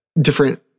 different